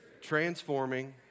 transforming